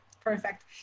Perfect